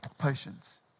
patience